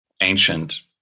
ancient